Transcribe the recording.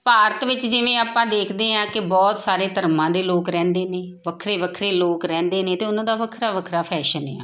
ਭਾਰਤ ਵਿੱਚ ਜਿਵੇਂ ਆਪਾਂ ਦੇਖਦੇ ਹਾਂ ਕਿ ਬਹੁਤ ਸਾਰੇ ਧਰਮਾਂ ਦੇ ਲੋਕ ਰਹਿੰਦੇ ਨੇ ਵੱਖਰੇ ਵੱਖਰੇ ਲੋਕ ਰਹਿੰਦੇ ਨੇ ਅਤੇ ਉਹਨਾਂ ਦਾ ਵੱਖਰਾ ਵੱਖਰਾ ਫੈਸ਼ਨ ਆ